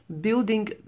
building